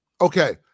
Okay